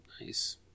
nice